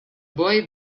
boy